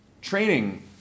training –